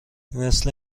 مثل